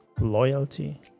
loyalty